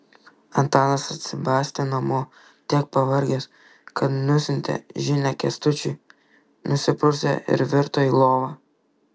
antanas atsibastė namo tiek nuvargęs kad nusiuntęs žinią kęstučiui nusiprausė ir virto į lovą